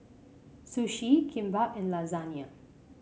Sushi Kimbap and Lasagne